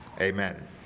Amen